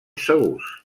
segurs